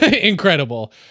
Incredible